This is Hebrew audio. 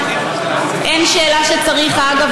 אגב,